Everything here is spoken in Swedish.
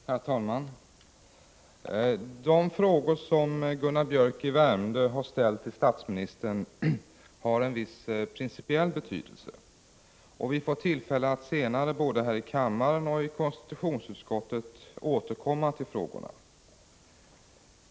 Herr talman! De frågor som Gunnar Biörck i Värmdö har ställt till statsministern är av viss principiell betydelse. Vi får tillfälle att senare både här i kammaren och i konstitutionsutskottet återkomma till frågorna.